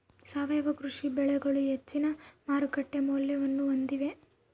ಸಾವಯವ ಕೃಷಿ ಬೆಳೆಗಳು ಹೆಚ್ಚಿನ ಮಾರುಕಟ್ಟೆ ಮೌಲ್ಯವನ್ನ ಹೊಂದಿವೆ